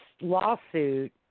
lawsuit